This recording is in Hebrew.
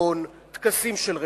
כריסטמס בבתי-מלון, טקסים של רפורמים,